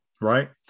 right